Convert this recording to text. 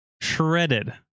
Shredded